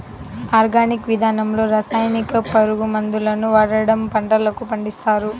organic విధానంలో రసాయనిక, పురుగు మందులను వాడకుండా పంటలను పండిస్తారు